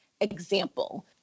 example